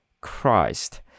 Christ